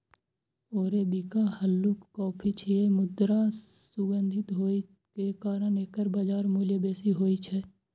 arabica हल्लुक coffee छियै, मुदा सुगंधित होइ के कारण एकर बाजार मूल्य बेसी होइ छै